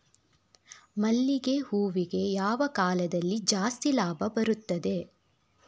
ಮಲ್ಲಿಗೆ ಹೂವಿಗೆ ಯಾವ ಕಾಲದಲ್ಲಿ ಜಾಸ್ತಿ ಲಾಭ ಬರುತ್ತದೆ?